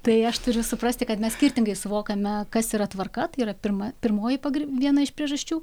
tai aš turiu suprasti kad mes skirtingai suvokiame kas yra tvarka tai yra pirma pirmoji pagr vieną iš priežasčių